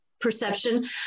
perception